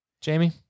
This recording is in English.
Jamie